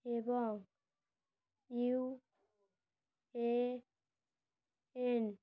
এবং ইউএএন